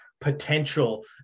potential